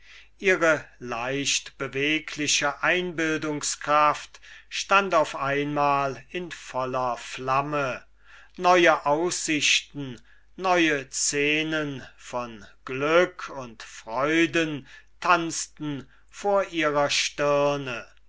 ihre leichtbewegliche einbildungskraft stund auf einmal in voller flamme neue aussichten neue scenen von glück und freuden tanzten vor ihrer stirne